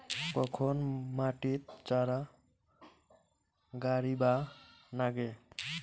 কখন মাটিত চারা গাড়িবা নাগে?